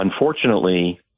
unfortunately